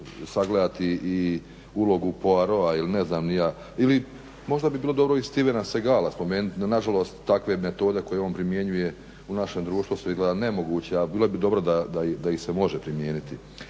sagledati i ulogu Poirota i ne znam ni ja ili možda bi bilo dobro i Stevena Segala spomenuti. No nažalost, takve metode koje on primjenjuje u našem društvu su izgleda nemoguće, a bilo bi dobro da ih se može primijeniti.